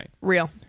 Real